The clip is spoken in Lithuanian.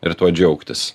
ir tuo džiaugtis